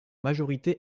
majorité